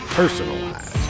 personalized